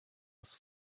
was